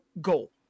goal